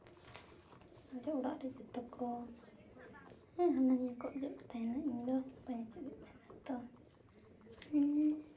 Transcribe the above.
ᱟᱞᱮ ᱚᱲᱟᱜ ᱨᱮ ᱡᱚᱛᱚ ᱠᱚ ᱦᱟᱱᱟᱱᱤᱭᱟᱹ ᱠᱚ ᱚᱡᱚᱜ ᱛᱟᱦᱮᱱᱟ ᱤᱧ ᱫᱚ ᱵᱟᱹᱧ ᱚᱡᱚᱜᱮᱫ ᱛᱟᱦᱮᱱᱟ ᱛᱚ ᱤᱧ